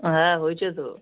হ্যাঁ হয়েছে তো